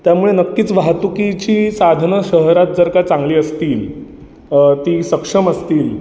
त्यामुळे नक्कीच वाहतुकीची साधनं शहरात जर का चांगली असतील ती सक्षम असतील